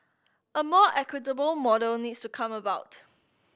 a more equitable model needs to come about